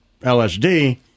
LSD